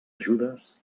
ajudes